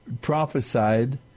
prophesied